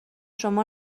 شما